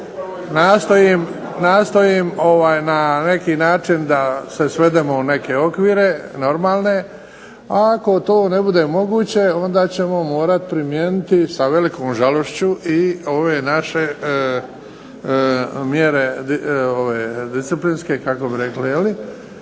nastojim na neki način da se svedemo u neke okvire normalne. A ako to ne bude moguće onda ćemo morati primijeniti sa velikom žalošću i ove naše mjere disciplinske kako bi rekli, je